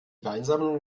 weinsammlung